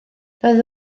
doedd